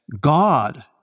God